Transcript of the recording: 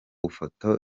ifoto